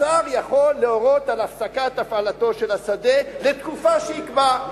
השר יכול להורות על הפסקת הפעלתו של השדה לתקופה שיקבע.